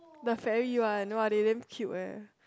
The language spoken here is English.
the fairy one !wah! they damn cute eh